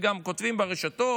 וגם כותבים ברשתות,